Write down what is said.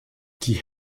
die